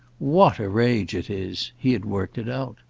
what a rage it is! he had worked it out.